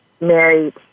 married